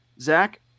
Zach